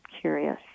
curious